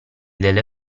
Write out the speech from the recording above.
delle